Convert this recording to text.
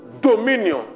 dominion